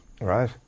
Right